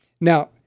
Now